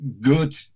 good